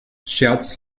scherz